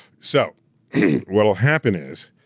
so what'll happen is,